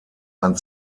ein